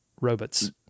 robots